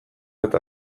eta